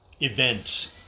events